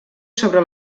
sobre